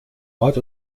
ort